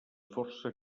força